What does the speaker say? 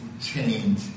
change